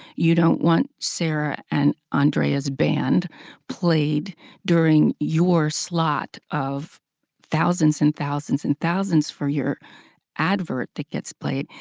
you don't want sarah and andrea's band played during your slot of thousands and thousands and thousands for your advert that gets played,